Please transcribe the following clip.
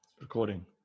Recording